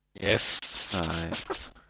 Yes